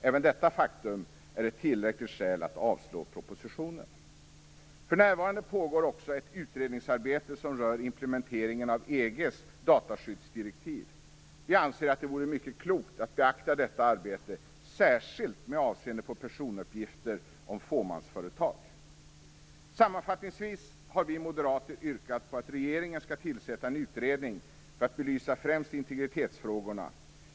Även detta faktum är ett tillräckligt skäl för att avslå propositionen. För närvarande pågår också ett utredningsarbete som rör implementeringen av EG:s dataskyddsdirektiv. Vi anser att det vore mycket klokt att beakta detta arbete särskilt med avseende på personuppgifter om fåmansföretag. Sammanfattningsvis har vi moderater yrkat på att regeringen skall tillsätta en utredning för att belysa främst integritetsfrågorna.